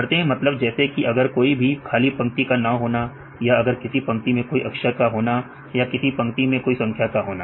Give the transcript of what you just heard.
शर्तें मतलब जैसे कि अगर कोई भी खाली पंक्ति का ना होना या अगर किसी पंक्ति में कोई अक्षर का होना या किसी पंक्ति में कोई संख्या का होना